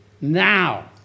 now